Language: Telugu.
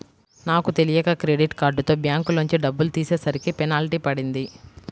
నాకు తెలియక క్రెడిట్ కార్డుతో బ్యాంకులోంచి డబ్బులు తీసేసరికి పెనాల్టీ పడింది